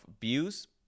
views